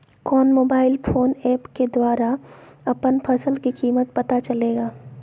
कौन mobile phone app के द्वारा अपन फसल के कीमत पता चलेगा?